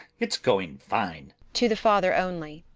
it's going fine! to the father only.